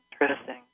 Interesting